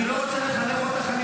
אני לא רוצה לחנך אותך.